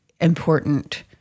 important